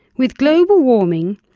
with global warming,